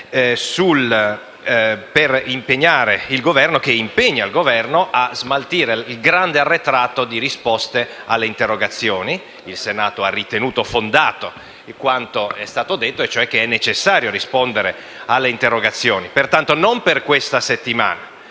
dell'opposizione che impegna il Governo a smaltire il grande arretrato di risposte alle interrogazioni. Il Senato ha ritenuto fondato quanto è stato detto, cioè che è necessario rispondere alle interrogazioni; quindi non formuliamo una